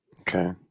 okay